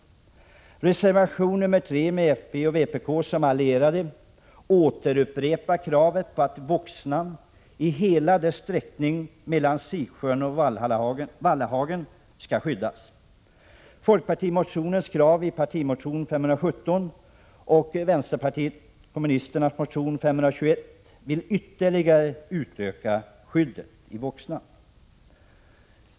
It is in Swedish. I reservation 3, där folkpartiet och vpk är allierade, återupprepas kravet på att Voxnan i hela dess sträckning mellan Siksjön och Vallahagen skall skyddas. Folkpartikravet i partimotion 517 och vpk:s krav i motion 521 går ut på att ytterligare utöka skyddet av Voxnan.